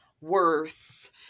worth